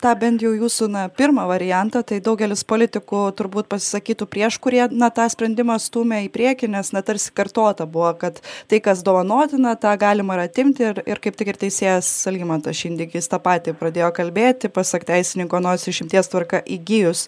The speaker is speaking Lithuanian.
tą bent jau jūsų na pirmą variantą tai daugelis politikų turbūt pasisakytų prieš kurie na tą sprendimą stumia į priekį nes na tarsi kartota buvo kad tai kas dovanotina tą galima ir atimti ir ir kaip tik ir teisėjas algimantas šindeikis tą patį pradėjo kalbėti pasak teisininko nors išimties tvarka įgijus